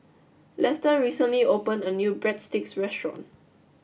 Lester recently opened a new Breadsticks Restaurant